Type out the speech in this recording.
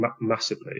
massively